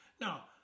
Now